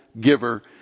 giver